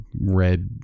red